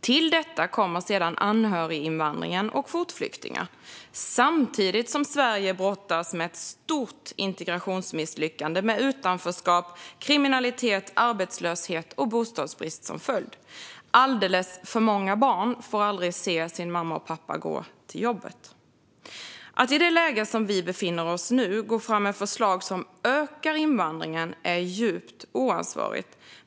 Till detta kommer sedan anhöriginvandringen och kvotflyktingar, samtidigt som Sverige brottas med ett stort integrationsmisslyckande med utanförskap, kriminalitet, arbetslöshet och bostadsbrist som följd. Alldeles för många barn får aldrig se sin mamma och pappa gå till jobbet. Att i det läge vi befinner oss i nu gå fram med förslag som ökar invandringen är djupt oansvarigt.